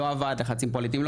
לא עבד לחצים פוליטיים,